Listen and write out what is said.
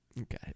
Okay